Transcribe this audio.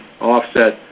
offset